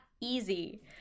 easy